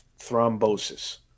thrombosis